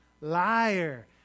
liar